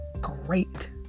great